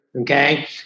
okay